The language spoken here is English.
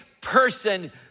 person